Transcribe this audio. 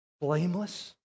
Blameless